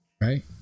right